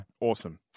Awesome